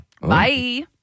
Bye